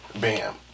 Bam